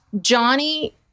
Johnny